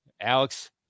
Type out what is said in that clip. Alex